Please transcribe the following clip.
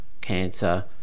cancer